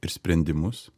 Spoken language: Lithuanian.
ir sprendimus